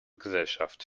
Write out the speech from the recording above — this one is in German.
gesellschaft